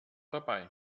dabei